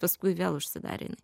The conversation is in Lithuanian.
paskui vėl užsidarė jinai